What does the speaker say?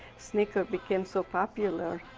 sneaker became so popular.